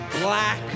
black